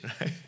right